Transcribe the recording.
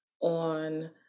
on